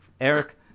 Eric